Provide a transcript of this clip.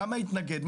למה ההתנגדות?